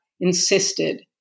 insisted